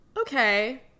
okay